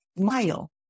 Smile